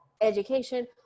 education